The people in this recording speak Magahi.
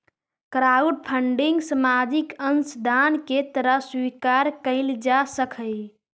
क्राउडफंडिंग सामाजिक अंशदान के तरह स्वीकार कईल जा सकऽहई